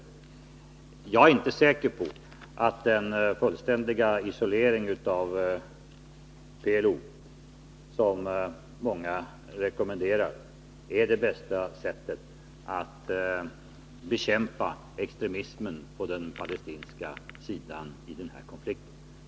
Jag är inte säker på att den fullständiga isolering av PLO som många rekommenderar är det bästa sättet att bekämpa extremismen på den palestinska sidan.